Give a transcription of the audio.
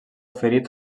oferir